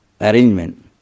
arrangement